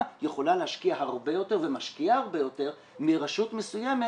יכולה להשקיע הרבה יותר ומשקיעה הרבה יותר מרשות מסוימת